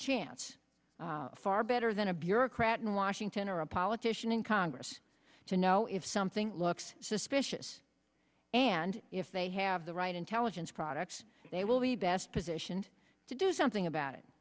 chance far better than a bureaucrat in washington or a politician in congress to know if something looks suspicious and if they have the right intelligence products they will be best positioned to do something about it